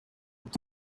ati